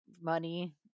money